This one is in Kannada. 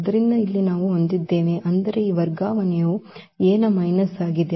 ಆದ್ದರಿಂದ ಇಲ್ಲಿ ನಾವು ಹೊಂದಿದ್ದೇವೆ ಅಂದರೆ ಈ ವರ್ಗಾವಣೆಯು A ನ ಮೈನಸ್ ಆಗಿದೆ